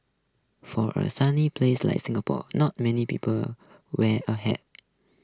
for a sunny place like Singapore not many people wear a hat